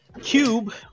Cube